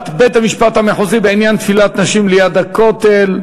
בית-המשפט המחוזי בעניין תפילת נשים ליד הכותל,